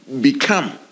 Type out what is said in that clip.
become